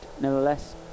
nevertheless